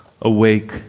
Awake